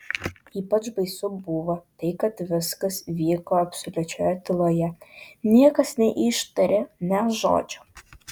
ypač baisu buvo tai kad viskas vyko absoliučioje tyloje niekas neištarė nė žodžio